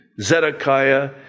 Zedekiah